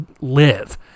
live